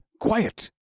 quiet